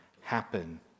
happen